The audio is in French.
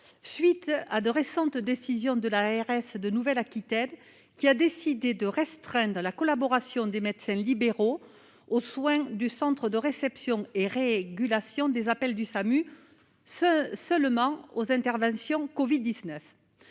suite à de récentes décisions de l'ARS de Nouvelle Aquitaine qui a décidé de restreindre la collaboration des médecins libéraux aux soins du centre de réception et régulation des appels du SAMU se seulement aux interventions COVID 19,